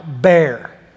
bear